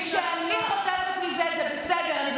וכשאני חוטפת מזה, זה בסדר.